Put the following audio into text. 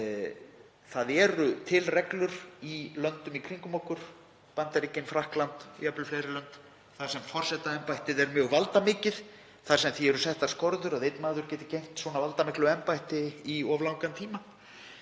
Það eru til reglur í löndum í kringum okkur, Bandaríkjunum, Frakklandi, jafnvel fleiri löndum, þar sem forsetaembættið er mjög valdamikið, þar sem því eru settar skorður að einn maður geti gegnt svo valdamiklu embætti í of langan tíma.